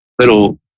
little